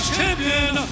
champion